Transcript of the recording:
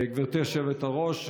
גברתי היושבת-ראש,